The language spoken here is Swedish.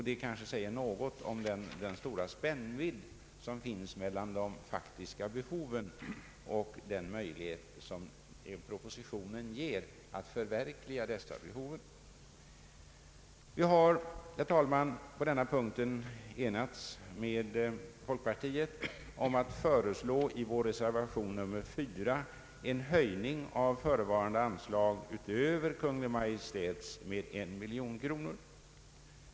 Det kanske säger något om den stora spännvidd som finns mellan de faktiska behoven och den möjlighet som propositionen ger att förverkliga dessa behov. Vi har, herr talman, på denna punkt enats med folkpartiet om att i vår reservation föreslå en höjning av förevarande anslag utöver Kungl. Maj:ts förslag med 1 miljon kronor.